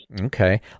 Okay